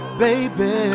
baby